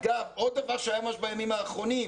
אגב, עוד דבר שהיה ממש בימים האחרונים.